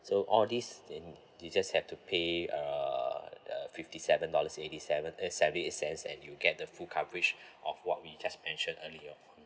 so all these in you just have to pay uh uh fifty seven dollars eighty seven eh seventy eight cents and you'll get the full coverage of what we just mentioned earlier